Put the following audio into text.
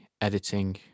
editing